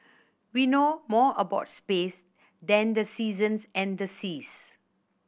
we know more about space than the seasons and the seas